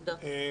תודה רבה.